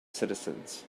citizens